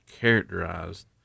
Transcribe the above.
characterized